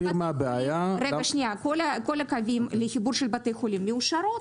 כל הקווים לחיבור של בתי חולים מאושרות.